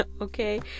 okay